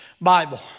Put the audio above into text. Bible